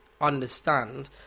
understand